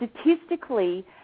statistically